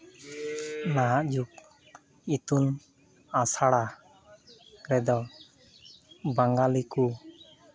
ᱱᱟᱦᱟᱜ ᱡᱩᱜᱽ ᱤᱛᱩᱱ ᱟᱥᱲᱟ ᱠᱚᱫᱚ ᱵᱟᱝᱜᱟᱞᱤ ᱠᱚ